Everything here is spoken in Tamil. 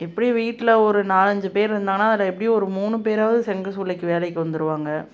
எப்படியும் வீட்டில் ஒரு நாலஞ்சுப் பேர் இருந்தாங்கனால் அதில் எப்படியும் ஒரு மூணு பேராவது செங்கல் சூளைக்கு வேலைக்கு வந்துடுவாங்க